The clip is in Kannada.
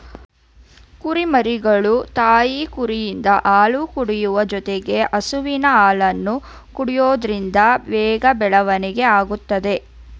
ಕುರಿಮರಿಗಳು ತಾಯಿ ಕುರಿಯಿಂದ ಹಾಲು ಕುಡಿಯುವ ಜೊತೆಗೆ ಹಸುವಿನ ಹಾಲನ್ನು ಕೊಡೋದ್ರಿಂದ ಬೇಗ ಬೆಳವಣಿಗೆ ಆಗುತ್ತದೆ